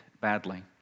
badly